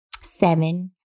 Seven